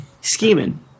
scheming